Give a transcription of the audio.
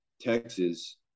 Texas